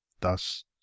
Thus